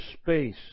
space